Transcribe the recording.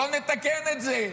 בואו נתקן את זה.